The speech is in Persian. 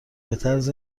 بطرز